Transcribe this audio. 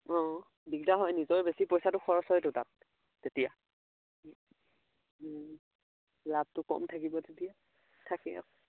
অঁ দিগদাৰ হয় নিজৰ বেছি পইছাটো খৰচ হয়তো তাত তেতিয়া লাভটো কম থাকিব তেতিয়া থাকে আৰু